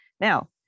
Now